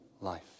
life